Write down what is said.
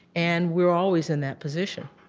and we're always in that position